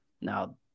now